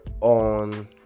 on